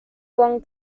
long